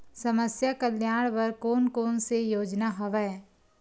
समस्या कल्याण बर कोन कोन से योजना हवय?